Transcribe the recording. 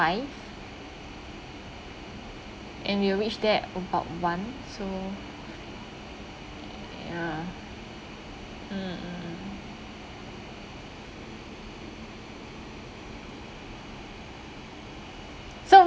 and we'll reach there about one so ya mm mm mm so